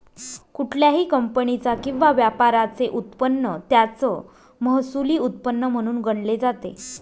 कुठल्याही कंपनीचा किंवा व्यापाराचे उत्पन्न त्याचं महसुली उत्पन्न म्हणून गणले जाते